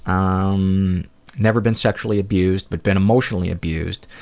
um um never been sexually abused but been emotionally abused.